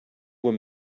were